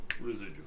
residual